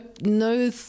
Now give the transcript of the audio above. no